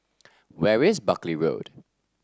where is Buckley Road